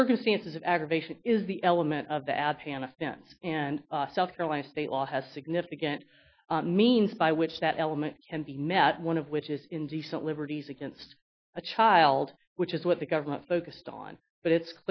circumstances of aggravation is the element of the afghanistan and south carolina state law has significant means by which that element can be met one of which is indecent liberties against a child which is what the government focused on but it's